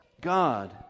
God